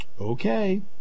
okay